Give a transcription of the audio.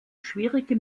schwierige